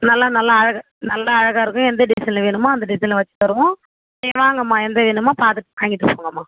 நல்லா நல்லா அழகாக நல்லா அழகாக இருக்கும் எந்த டிசைனில் வேணுமோ அந்த டிசைனில் வைச்சு தருவோம் வாங்கம்மா எந்த வேணுமோ பார்த்துட்டு வாங்கிட்டு போங்கம்மா